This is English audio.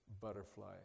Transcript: butterfly